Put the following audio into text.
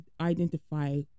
identify